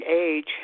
age